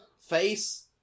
face